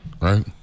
right